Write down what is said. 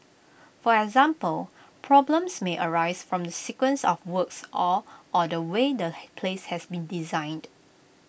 for example problems may arise from the sequence of works or or the way the place has been designed